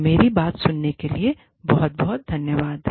तो मेरी बात सुनने के लिए बहुत बहुत धन्यवाद